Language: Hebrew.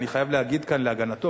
אני חייב להגיד כאן להגנתו,